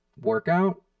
workout